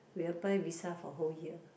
we apply visa for whole year